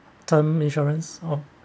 term insurance